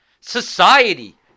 Society